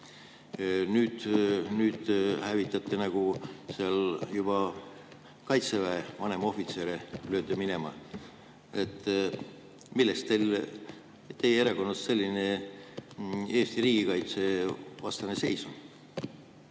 Nüüd hävitate juba Kaitseväge, vanemohvitsere lööte minema. Miks teie erakonnas selline Eesti riigikaitse vastane seis on?